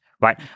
right